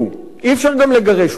אי-אפשר גם לגרש אותם.